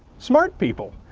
smart people,